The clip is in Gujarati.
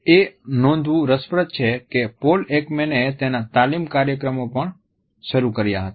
એ નોંધવું રસપ્રદ છે કે પૌલ એકમેનએ તેના તાલીમ કાર્યક્રમો પણ શરૂ કર્યા હતા